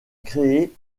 créée